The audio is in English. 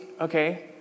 okay